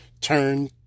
Turn